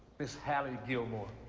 miss hallie gilmore.